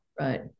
Right